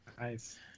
Nice